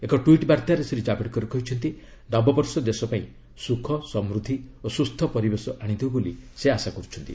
ଏକ ଟ୍ୱିଟ୍ ବାର୍ଭାରେ ଶ୍ରୀ ଜାବ୍ଡେକର କହିଛନ୍ତି ନବବର୍ଷ ଦେଶପାଇଁ ସୁଖ ସମୃଦ୍ଧି ଓ ସୁସ୍ଥ ପରିବେଶ ଆଣିଦେଉ ବୋଲି ସେ ଆଶା କରୁଛନ୍ତି